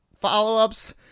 follow-ups